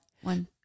one